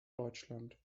deutschland